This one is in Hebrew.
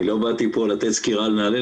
אני לא באתי פה לתת סקירה על נעל"ה,